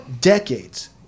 decades